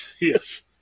yes